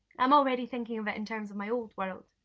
i'm already thinking of it in terms of my old world.